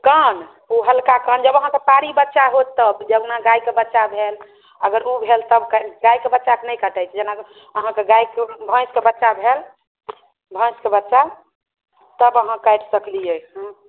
कान ओ हल्का कान जब अहाँकऽ पाड़ी बच्चा होत तब जहिना गायके बच्चा भेल अगर ओ भेल तब गायकेँ बच्चाके नहि कटाइ छै जेना अहाँके गायके भैंसके बच्चा भेल भैंसके बच्चा तब अहाँ काटि सकलियै हूँ